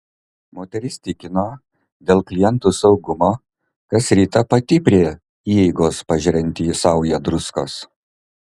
moteris tikino dėl klientų saugumo kas rytą pati prie įeigos pažerianti saują druskos